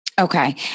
Okay